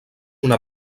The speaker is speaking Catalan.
una